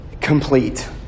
Complete